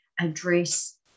address